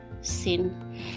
sin